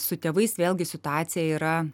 su tėvais vėlgi situacija yra